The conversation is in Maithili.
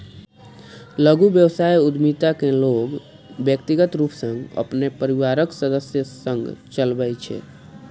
लघु व्यवसाय उद्यमिता कें लोग व्यक्तिगत रूप सं अपन परिवारक सदस्य संग चलबै छै